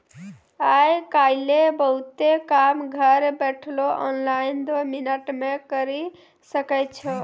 आय काइल बहुते काम घर बैठलो ऑनलाइन दो मिनट मे करी सकै छो